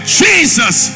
jesus